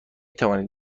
توانید